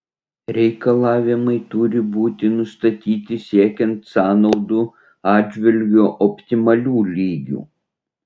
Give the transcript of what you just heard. reikalavimai turi būti nustatyti siekiant sąnaudų atžvilgiu optimalių lygių